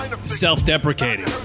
self-deprecating